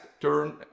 turn